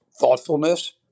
thoughtfulness